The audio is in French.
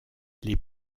les